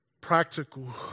practical